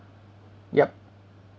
yup